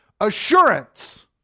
assurance